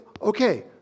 okay